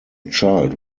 child